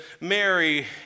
Mary